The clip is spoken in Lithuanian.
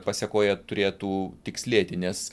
pasekoje turėtų tikslėti nes